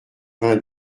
vingt